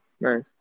nice